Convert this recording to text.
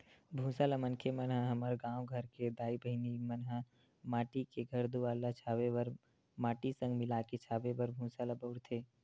भूसा ल मनखे मन ह हमर गाँव घर के दाई बहिनी मन ह माटी के घर दुवार ल छाबे बर माटी संग मिलाके छाबे बर भूसा ल बउरथे